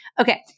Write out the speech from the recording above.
Okay